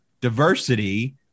diversity